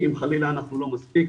אם חלילה אנחנו לא מספיק,